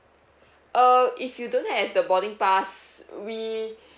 err if you don't have the boarding pass we